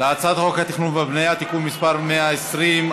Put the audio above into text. הצעת חוק התכנון והבנייה (תיקון מס' 120),